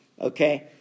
okay